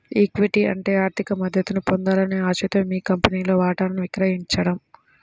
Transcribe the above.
equity అంటే ఆర్థిక మద్దతును పొందాలనే ఆశతో మీ కంపెనీలో వాటాను విక్రయించడం